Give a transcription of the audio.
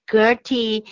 Gertie